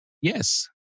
Yes